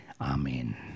Amen